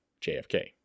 JFK